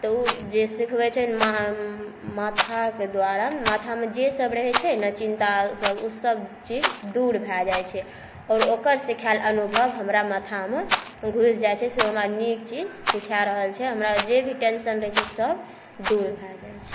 तऽ ओ जे सिखबै छै माथाके द्वारा माथामे जे सब रहै छै ने चिन्तासब ओसब चीज दूर भऽ जाइ छै आओर ओकर सिखाएल अनुभव हमरा माथामे घुसि जाइ छै से हमरा नीक चीज सिखाइए रहल छै हमरा जे भी टेन्शन रहै छै ओसब दूर भऽ जाइ छै